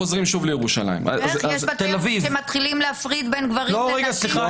יש בתי עלמין שמתחילים להפריד בין גברים לנשים.